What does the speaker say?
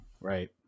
Right